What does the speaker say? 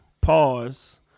pause